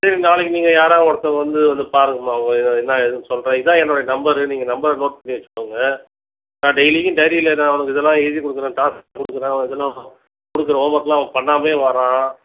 சரி நாளைக்கு நீங்கள் யாராவது ஒருத்தங்க வந்து வந்து பாருங்கம்மா அவன் என்ன ஏதுன்னு சொல்கிறேன் இதான் என்னுடைய நம்பரு நீங்கள் நம்பரை நோட் பண்ணி வைச்சிக்கோங்க நான் டெய்லிக்கும் டைரியில் ஏதாவது அவனுக்கு இதெல்லாம் எழுதிக் கொடுக்குறேன் டாஸ்க் கொடுக்குறேன் அவன் எதுனா கொடுக்குற ஹோம் ஒர்க்குலாம் அவன் பண்ணாமலேயே வரான்